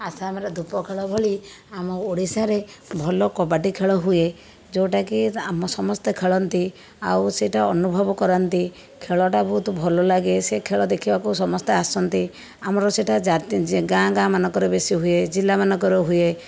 ଆସାମରେ ଧୂପ ଖେଳ ଭଳି ଆମ ଓଡ଼ିଶାରେ ଭଲ କବାଡ଼ି ଖେଳ ହୁଏ ଯେଉଁଟାକି ଆମ ସମସ୍ତେ ଖେଳନ୍ତି ଆଉ ସେହିଟା ଅନୁଭବ କରାନ୍ତି ଖେଳଟା ବହୁତ ଭଲ ଲାଗେ ସେ ଖେଳ ଦେଖିବାକୁ ସମସ୍ତେ ଆସନ୍ତି ଆମର ସେହିଟା ଜାତୀ ଗାଁ ଗାଁ ମାନଙ୍କରେ ବେଶୀ ହୁଏ ଜିଲ୍ଲାମାନଙ୍କର ହୁଏ